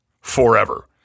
forever